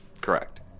Correct